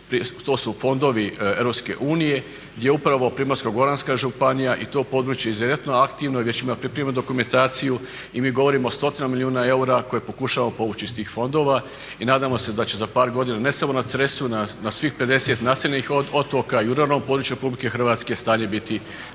to su fondovi Europske unije gdje upravo Primorsko-goranska županija i to područje je izuzetno aktivno i već ima pripremljenu dokumentaciju i mi govorimo o stotinama milijuna eura koje pokušavamo povući iz tih fondova i nadamo se da će za par godina, ne samo na Cresu, na svih 50 naseljenih otoka i … područje Republike Hrvatske stanje biti